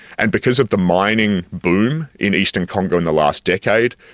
and because of the mining boom in eastern congo in the last decade,